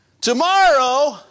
Tomorrow